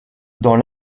dans